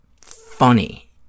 funny